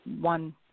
one